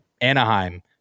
Anaheim